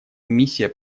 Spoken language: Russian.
миссия